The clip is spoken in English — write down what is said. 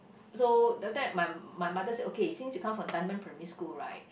so the time my my mother say okay since you come from Dunman primary school right